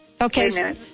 Okay